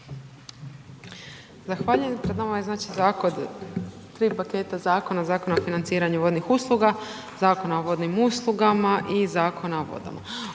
Zahvaljujem. Pred nama je znači zakon, tri paketa zakona, Zakon o financiranju vodnih usluga, Zakon o vodnim uslugama i Zakona o vodama.